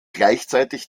gleichzeitig